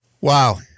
Wow